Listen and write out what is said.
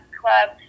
club